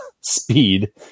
speed